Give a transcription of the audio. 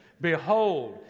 Behold